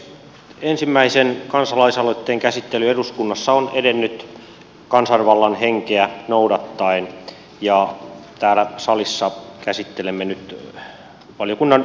ensimmäisen kansalaisaloitteen käsittely eduskunnassa on edennyt kansanvallan henkeä noudattaen ja täällä salissa käsittelemme nyt valiokunnan mietintöä